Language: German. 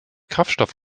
kraftstoff